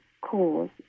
cause